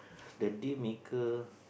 the deal maker